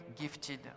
gifted